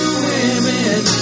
women